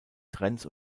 trends